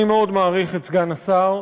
אני מאוד מעריך את סגן השר,